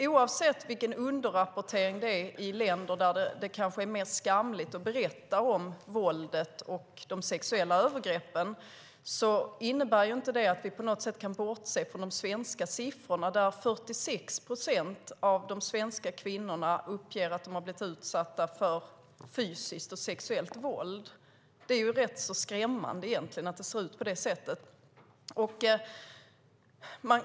Oavsett vilken underrapportering det är fråga om i länder där det är mer skamligt att berätta om våldet och de sexuella övergreppen innebär det inte att vi på något sätt kan bortse från de svenska siffrorna. 46 procent av de svenska kvinnorna uppger att de har blivit utsatta för fysiskt och sexuellt våld. Det är skrämmande att det ser ut så.